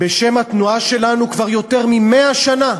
בשם התנועה שלנו כבר יותר מ-100 שנה.